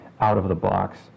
out-of-the-box